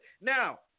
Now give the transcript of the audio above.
Now